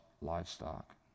livestock